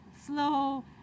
slow